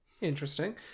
Interesting